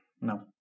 No